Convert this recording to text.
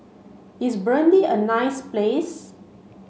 is Burundi a nice place